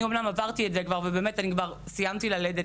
אני עברתי את זה וסיימתי ללדת,